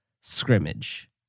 scrimmage